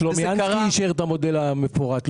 סלומינסקי אישר את המודל המפורט.